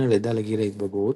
בין הלידה לגיל ההתבגרות,